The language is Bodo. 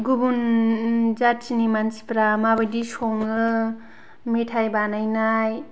गुबुन जातिनि मानसिफ्रा माबादि सङो मेथाइ बानायनाय